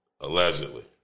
Allegedly